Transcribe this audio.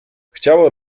chciała